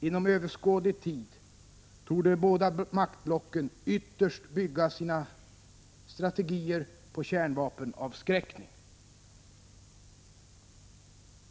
Inom överskådlig tid torde båda maktblocken ytterst bygga sina strategier på kärnvapenavskräckning.